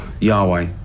Yahweh